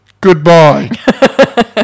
goodbye